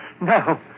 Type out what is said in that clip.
No